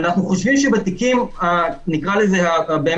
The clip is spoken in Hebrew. אנחנו חושבים שבתיקים הבאמת-פעוטים,